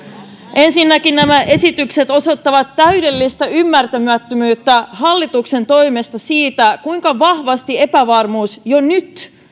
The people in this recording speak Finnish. ensinnäkin nämä esitykset osoittavat täydellistä ymmärtämättömyyttä hallituksen toimesta siitä kuinka vahvasti epävarmuus jo nyt